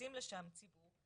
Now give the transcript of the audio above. שנכנסים לשם ציבור.